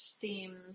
seems